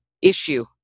issue